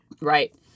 Right